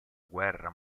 guerra